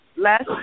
Last